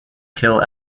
kill